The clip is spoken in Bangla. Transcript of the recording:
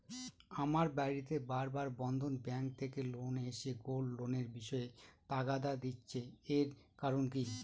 আমার বাড়িতে বার বার বন্ধন ব্যাংক থেকে লোক এসে গোল্ড লোনের বিষয়ে তাগাদা দিচ্ছে এর কারণ কি?